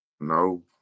No